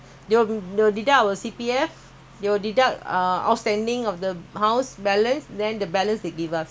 I only get maybe hundred thousand ya because hundred fifty thousand go back to C_P_F